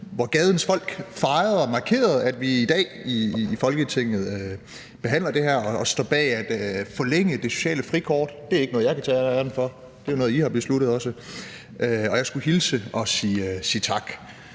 hvor gadens folk fejrede og markerede, at vi i dag i Folketinget behandler det her og står bag at forlænge det sociale frikort. Det er ikke noget, som kun jeg kan tage æren for, det er også noget I har besluttet. Og jeg skulle hilse og sige tak.